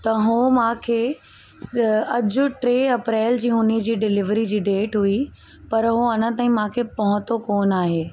त हो मूंखे अज टे अप्रैल जी उनजी डिलीवरी जी डेट हुई पर हू अञा ताईं मूंखे पोहुतो कोन्ह आहे